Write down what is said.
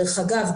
דרך אגב,